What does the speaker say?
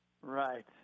Right